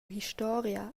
historia